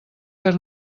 fer